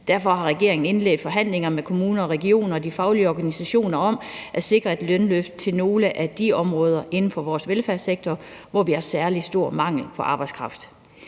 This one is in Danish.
Derfor har regeringen indledt forhandlinger med kommuner, regioner og de faglige organisationer om at sikre et lønløft til nogle at de områder inden for vores velfærdssektor, hvor vi har særlig stor mangel på arbejdskraft.